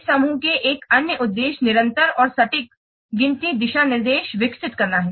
इस समूह का एक अन्य उद्देश्य निरंतर और सटीक गिनती दिशानिर्देश विकसित करना है